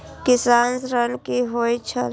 किसान ऋण की होय छल?